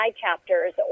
chapters